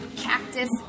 Cactus